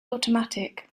automatic